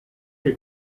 che